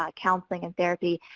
ah counseling and therapy.